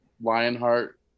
lionheart